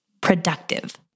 productive